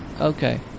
Okay